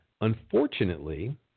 Unfortunately